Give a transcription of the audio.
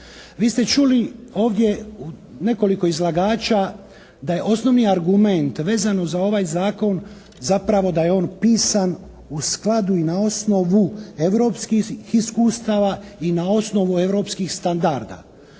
Vi ste čuli ovdje nekoliko izlagača da je osnovni argument vezano za ovaj zakon zapravo da je on pisan u skladu i na osnovu europskih iskustava i na osnovu europskih standarda.